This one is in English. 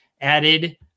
added